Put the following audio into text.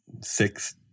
six